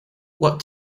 what